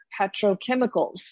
petrochemicals